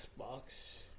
Xbox